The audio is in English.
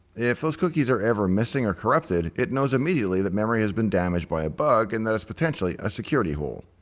if those cookies are ever missing or corrupted, it knows immediately that memory has been damaged by a bug, and that it's a potential ah security hole.